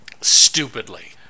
stupidly